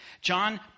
John